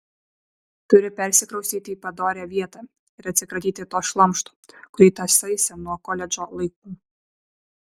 turi persikraustyti į padorią vietą ir atsikratyti to šlamšto kurį tąsaisi nuo koledžo laikų